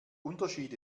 unterschied